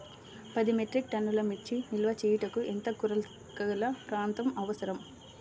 పది మెట్రిక్ టన్నుల మిర్చి నిల్వ చేయుటకు ఎంత కోలతగల ప్రాంతం అవసరం?